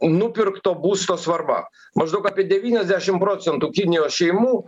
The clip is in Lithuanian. nupirkto būsto svarba maždaug apie devyniasdešim procentų kinijos šeimų